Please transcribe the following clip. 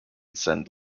send